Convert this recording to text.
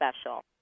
special